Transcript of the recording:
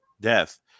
death